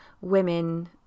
women